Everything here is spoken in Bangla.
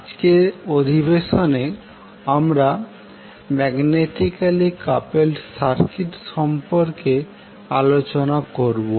আজকের অধিবেশনে আমরা ম্যাগনেটিকালী কাপেলড সার্কিট সম্পর্কে আলোচনা করবো